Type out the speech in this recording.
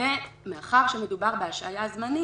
ומאחר שמדובר בהשהיה זמנית,